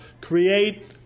Create